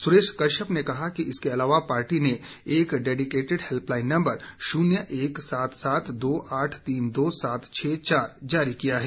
सुरेश कश्यप ने कहा कि इसके अलावा पार्टी ने एक डेडिकेटड हेल्पलाइन नंबर शून्य एक सात सात दो आठ तीन दो सात छह चार जारी किया है